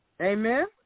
Amen